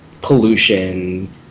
pollution